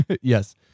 Yes